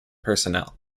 personnel